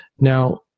Now